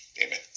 Amen